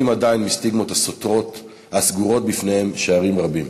עדיין מסטיגמות הסוגרות בפניהם שערים רבים.